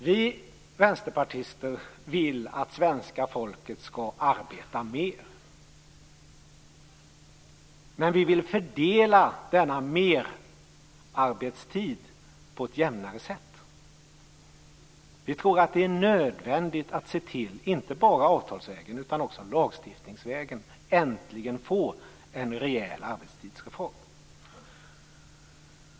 Vi vänsterpartister vill att svenska folket skall arbeta mer, men vi vill fördela denna merarbetstid på ett jämnare sätt. Vi tror att det är nödvändigt att se till, inte bara avtalsvägen utan också lagstiftningsvägen, att äntligen få en rejäl arbetstidsreform.